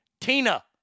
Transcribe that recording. Tina